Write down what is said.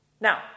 Now